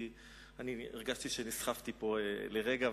כי הרגשתי שנסחפתי פה לרגע,